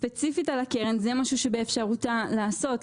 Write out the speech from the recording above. ספציפית על הקרן זה משהו שבאפשרותה לעשות,